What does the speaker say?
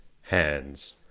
hands